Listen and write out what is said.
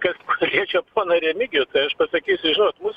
kas liečia poną remigijų tai aš pasakysiu žinot mus